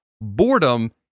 Boredom